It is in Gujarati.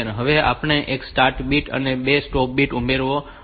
હવે આપણે એક સ્ટાર્ટ બીટ અને બે સ્ટોપ બિટ્સ ઉમેરવા પડશે